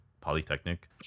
polytechnic